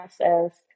process